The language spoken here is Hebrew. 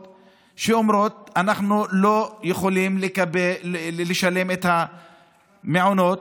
שאומרות: אנחנו לא יכולים לשלם על המעונות.